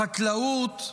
בחקלאות,